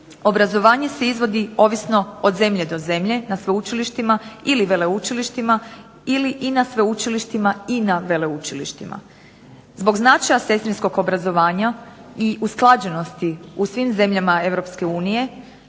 Obrazovanje se izvodi ovisno od zemlje do zemlje, na sveučilištima ili veleučilištima, ili i na sveučilištima i na veleučilištima. Zbog značaja sestrinskog obrazovanja i usklađenosti u svim zemljama